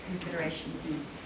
considerations